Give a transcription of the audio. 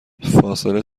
فاصله